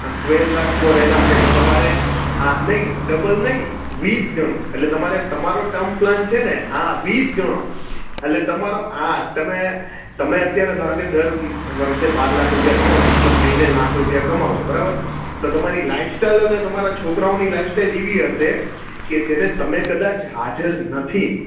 twelve lakh પર એનમ છે તો તમારે નહીં ડબલ નહીં વીસ ગણું એટલે તમારે તમારો ટર્મ પ્લાન છે ને હા વીસ ગણો એટલે તમારો હા તમે તમે અત્યારે ધારો કે દર વરસે બાર લાખ રૂપિયા કમાવો છો તો મહિને લાખ રૂપિયા કમાવ છો બરાબર તો તમારી લાઇફ સ્ટાઇલ અને તમારા છોકરાઓની લાઇફ સ્ટાઇલ એવી હશે કે જેને તમે કદાચ હાજર નથી